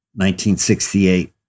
1968